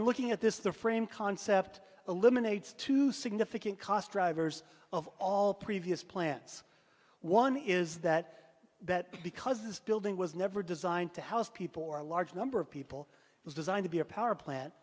in looking at this the frame concept eliminates two significant cost drivers of all previous plants one is that that because this building was never designed to house people or a large number of people it was designed to be a power plant